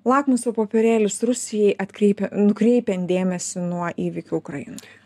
lakmuso popierėlis rusijai atkreipia nukreipiant dėmesį nuo įvykių ukrainoje